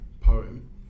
poem